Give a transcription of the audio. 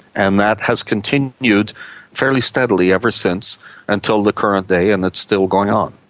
and that has continued fairly steadily ever since until the current day, and it's still going on.